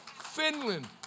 Finland